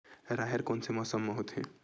राहेर कोन से मौसम म होथे?